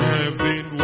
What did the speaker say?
Heaven